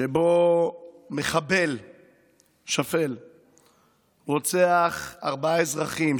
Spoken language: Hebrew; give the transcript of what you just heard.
שבו מחבל שפל רוצח ארבעה אזרחים,